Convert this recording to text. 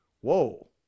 whoa